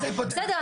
בסדר,